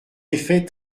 effet